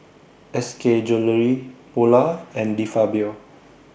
S K Jewellery Polar and De Fabio